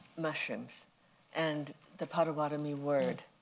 mushrooms and the pottawatomie word.